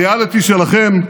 בריאליטי שלכם,